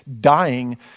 dying